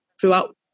throughout